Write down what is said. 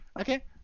Okay